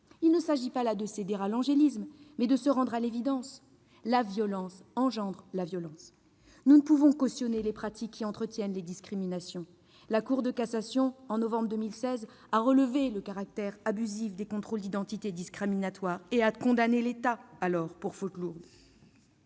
Il ne s'agit pas là de céder à l'angélisme, mais de se rendre à l'évidence : la violence engendre la violence. Nous ne pouvons cautionner les pratiques qui entretiennent les discriminations. La Cour de cassation, en novembre 2016, a relevé le caractère abusif des contrôles d'identité discriminatoires et a condamné l'État pour faute lourde.